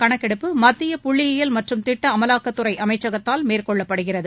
கணக்கெடுப்பு மத்திய புள்ளியல் மற்றும் திட்ட அமலாக்கத்துறை அமைச்சகத்தால் இந்த மேற்கொள்ளப்படுகிறது